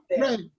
right